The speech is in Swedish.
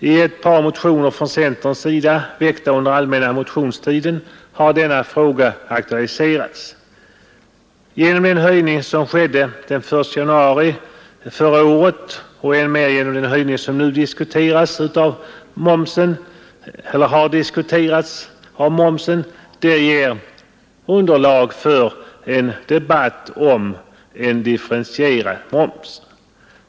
I ett par centermotioner, väckta under allmänna motionstiden, har vi tagit upp den frågan. Den höjning som skedde den 1 januari förra året och än mer den höjning av momsen som nu har diskuterats ger underlag för en debatt om en differentierad moms.